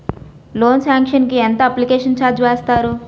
Loan sanction కి ఎంత application charge వేస్తారు?